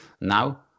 now